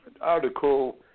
article